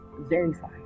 Verify